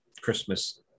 Christmas